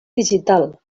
digital